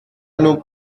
nous